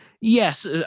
Yes